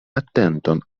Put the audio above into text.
atenton